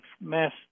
mass